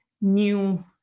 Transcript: new